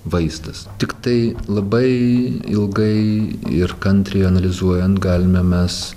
vaistas tiktai labai ilgai ir kantriai analizuojant galime mes